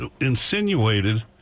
insinuated